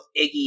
Iggy